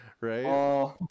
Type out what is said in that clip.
right